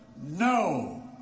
No